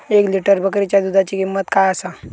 एक लिटर बकरीच्या दुधाची किंमत काय आसा?